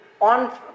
On